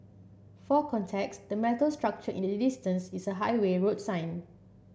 for context the metal structure in the distance is a highway road sign